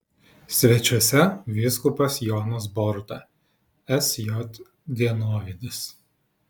svečiuose vyskupas jonas boruta sj dienovidis